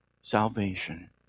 salvation